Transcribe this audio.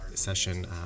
session